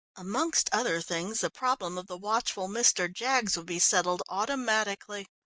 amongst other things, the problem of the watchful mr. jaggs would be settled automatically.